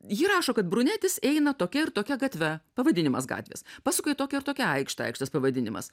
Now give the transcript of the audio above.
ji rašo kad brunetis eina tokia ir tokia gatve pavadinimas gatvės pasuka į tokią ir tokią aikštę aikštės pavadinimas